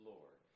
Lord